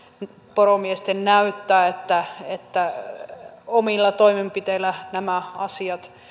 poromiesten näyttää että että omilla toimenpiteillä nämä asiat